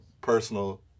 personal